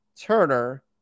Turner